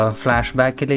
flashback